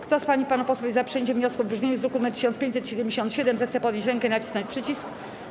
Kto z pań i panów posłów jest przyjęciem wniosku w brzmieniu z druku nr 1577, zechce podnieść rękę i nacisnąć przycisk.